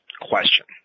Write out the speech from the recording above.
question